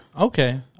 okay